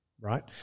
Right